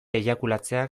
eiakulatzeak